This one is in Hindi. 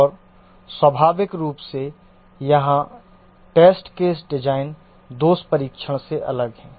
और स्वाभाविक रूप से यहां टेस्ट केस डिजाइन दोष परीक्षण से अलग है